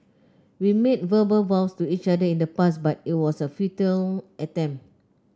we made verbal vows to each other in the past but it was a futile attempt